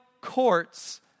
courts